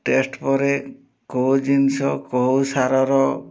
test ପରେ କୋଉ ଜିନିଷ କୋଉ ସାରର